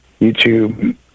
YouTube